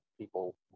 people